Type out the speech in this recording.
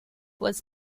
was